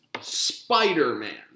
Spider-Man